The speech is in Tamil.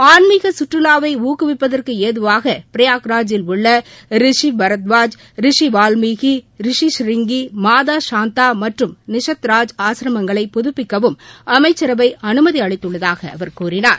ஆன்மீக கற்றுவாவை ஊக்குவிப்பதற்கு ஏதுவாக பிரயன்ராஜில் உள்ள ரிஷி பரத்வாஜ் ரிஷி வால்மிகி ரிஷி சிரிங்கி மாதாசாந்தா மற்றும் நிஷத்ராஜ் ஆஸ்ரமங்களை புதப்பிக்கவும் அமைச்சரவை அனுமதி அளித்துள்ளதாக அவர் கூறினார்